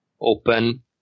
open